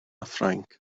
ffrainc